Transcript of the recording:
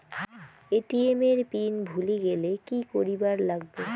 ATM এর PIN ভুলি গেলে কি করিবার লাগবে?